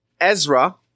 Ezra